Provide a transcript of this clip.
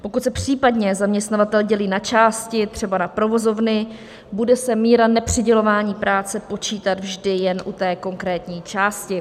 Pokud se případně zaměstnavatel dělí na části, třeba na provozovny, bude se míra nepřidělování práce počítat vždy jen u té konkrétní části.